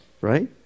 right